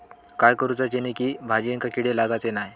काय करूचा जेणेकी भाजायेंका किडे लागाचे नाय?